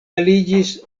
aliĝis